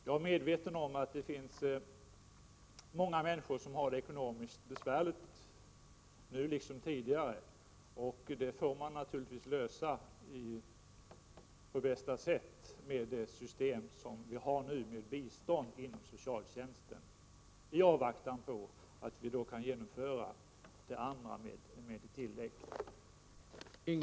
Jag är medveten om att det finns många människor som har det ekonomiskt besvärligt, nu liksom tidigare. Det får man naturligtvis lösa på bästa sätt inom ramen för det socialpolitiska bidragssystem vi nu har, i avvaktan på att vi kan genomföra systemet med tillägg.